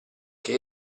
che